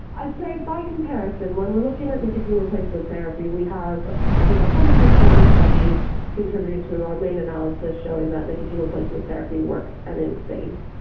i'd say by comparison when we are looking at nicotine replacement therapy we have i think one hundred and thirty studies contributing to our main analysis showing that nicotine replacement therapy works and is safe.